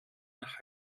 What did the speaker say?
nach